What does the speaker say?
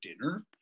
dinner